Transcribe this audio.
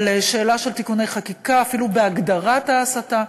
אבל שאלה של תיקוני חקיקה, אפילו בהגדרת ההסתה,